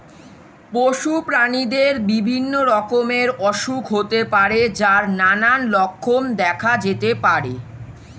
পশু প্রাণীদের বিভিন্ন রকমের অসুখ হতে পারে যার নানান লক্ষণ দেখা যেতে পারে